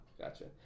gotcha